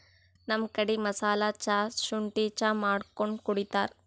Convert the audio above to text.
ನಮ್ ಕಡಿ ಮಸಾಲಾ ಚಾ, ಶುಂಠಿ ಚಾ ಮಾಡ್ಕೊಂಡ್ ಕುಡಿತಾರ್